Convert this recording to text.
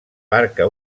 barca